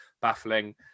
baffling